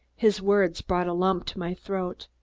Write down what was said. his words brought a lump to my throat.